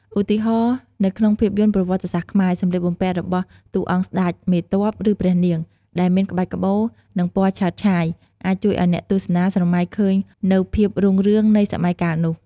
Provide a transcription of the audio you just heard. ឧទាហរណ៍ នៅក្នុងភាពយន្តប្រវត្តិសាស្ត្រខ្មែរ សម្លៀកបំពាក់របស់តួអង្គស្តេច មេទ័ព ឬព្រះនាង ដែលមានក្បាច់ក្បូរ និងពណ៌ឆើតឆាយ អាចជួយឱ្យអ្នកទស្សនាស្រមៃឃើញនូវភាពរុងរឿងនៃសម័យកាលនោះ ។